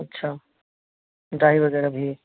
अच्छा डाई वग़ैरह भी है